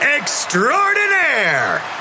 Extraordinaire